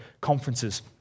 conferences